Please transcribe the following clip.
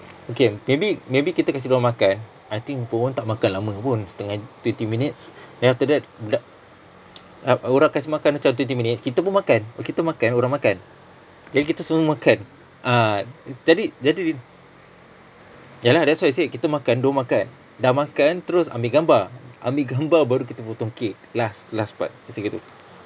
okay maybe maybe kita kasi dorang makan I think pun tak makan lama pun setengah twenty minutes then after that th~ ora~ orang kasi makan macam twenty minutes kita pun makan kita makan orang makan jadi kita semua makan ah jadi jadi ya lah that's why I say kita makan dorang makan dah makan terus ambil gambar ambil gambar baru kita potong kek last last part macam gitu